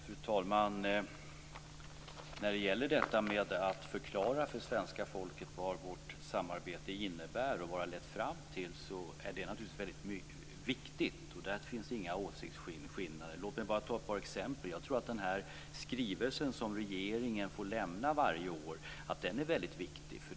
Fru talman! Det är naturligtvis viktigt att förklara för svenska folket vad vårt samarbete innebär och har lett fram till. Där finns inga åsiktsskillnader. Låt mig ta ett par exempel. Den skrivelse som regeringen får lämna varje år är viktig.